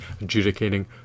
adjudicating